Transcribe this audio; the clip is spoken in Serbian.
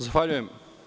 Zahvaljujem.